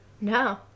No